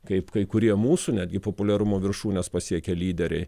kaip kai kurie mūsų netgi populiarumo viršūnes pasiekę lyderiai